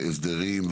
ההסדרים,